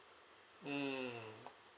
mm